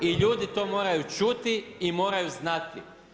I ljudi to moraju čuti i moraju znati.